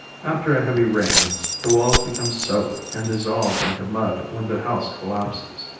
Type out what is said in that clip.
after a heavy rain the walls become soaked and dissolved into mud when the house collapses.